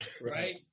Right